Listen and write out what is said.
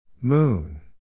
Moon